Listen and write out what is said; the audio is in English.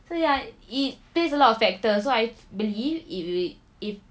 so ya it pays a lot of factors so I believe if we if